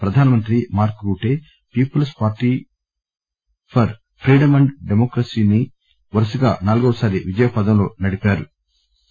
ప్రధానమంత్రి Mark Rutte People's Party for Freedom and డెమోక్రసీని వరుసగా నాలుగవ సారి విజయపథంలో నడిపారు